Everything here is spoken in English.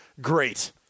great